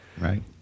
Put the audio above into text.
Right